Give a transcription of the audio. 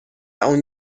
اون